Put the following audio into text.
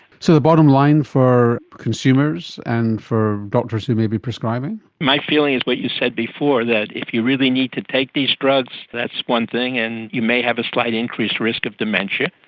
so the bottom line for consumers and for doctors who may be prescribing? my feeling is what you said before, that if you really need to take these drugs, that's one thing and you may have a slight increased risk of dementia,